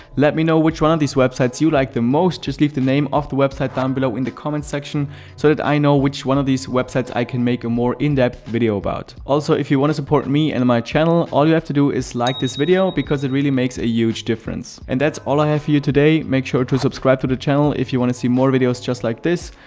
let me know which one of these websites you like the most. just leave the name of the website down below in the comment section so that i know which one of these websites i can make a more in-depth video about. also, if you want to support me and my channel, all you have to do is like this video because it really makes a huge difference. and that's all i have for you today. make sure to subscribe to the channel if you wanna see more videos just like this,